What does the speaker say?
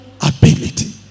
ability